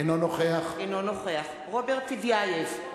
אינו נוכח רוברט טיבייב,